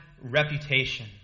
reputation